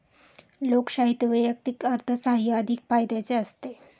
लोकशाहीत वैयक्तिक अर्थसाहाय्य अधिक फायद्याचे असते